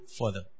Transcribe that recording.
further